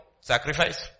Sacrifice